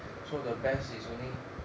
so the best is only